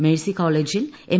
Mercy കോളേജിൽ M